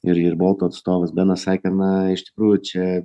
ir ir bolto atstovas benas sakė na iš tikrųjų čia